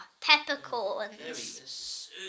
peppercorns